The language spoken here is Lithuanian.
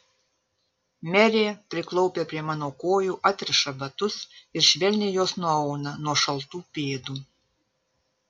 merė priklaupia prie mano kojų atriša batus ir švelniai juos nuauna nuo šaltų pėdų